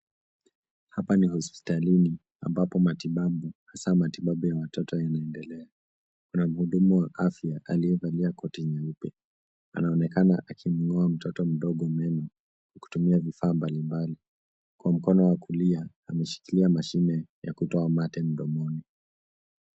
Hapa ni hospitalini ambapo matibabu hasa matibabu ya watoto yanaendelea, kuna muhudumu wa afya aliyevalia koti nyeupe, anaonekana akimngoa mtoto mdogo meno kwa kutumia vifaa mbali mbali kwa mkono wa kulia, ameshikilia mashine ya kutoa mate mdomoni.